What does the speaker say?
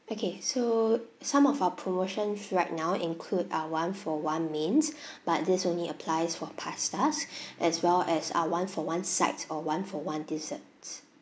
okay so some of our promotions right now include uh one for one mains but this only applies for pastas as well as uh one for one sides or one for one desserts